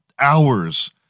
hours